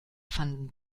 fanden